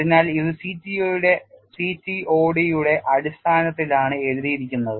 അതിനാൽഇത് CTOD യുടെ അടിസ്ഥാനത്തിലാണ് എഴുതിയിരിക്കുന്നത്